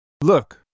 Look